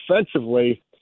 offensively